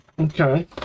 Okay